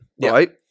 right